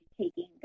taking